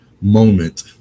moment